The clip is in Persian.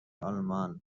آلمان